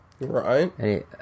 Right